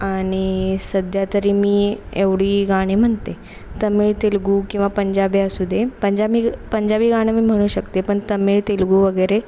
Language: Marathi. आणि सध्या तरी मी एवढी गाणी म्हणते तमिळ तेलगू किंवा पंजाबी असू दे पंजाबी ग पंजाबी गाणं मी म्हणू शकते पण तमिळ तेलगू वगैरे